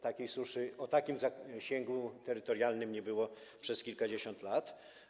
Takiej suszy o takim zasięgu terytorialnym nie było przez kilkadziesiąt lat.